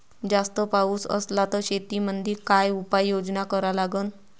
जास्त पाऊस असला त शेतीमंदी काय उपाययोजना करा लागन?